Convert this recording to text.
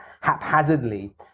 haphazardly